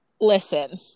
Listen